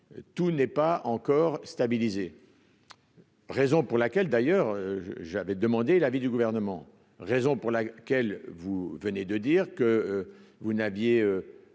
tout n'est pas encore stabilisé, raison pour laquelle, d'ailleurs j'avais demandé l'avis du gouvernement, raison pour la quelle vous venez de dire que vous n'aviez